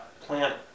plant